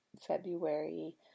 February